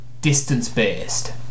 distance-based